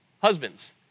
Husbands